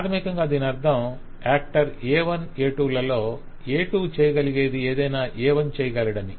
ప్రాథమికంగా దీని అర్థం యాక్టర్ A1 A2 లలో A2 చేయగలిగేది ఏదైనా A1 చేయగలడని